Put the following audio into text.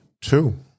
Two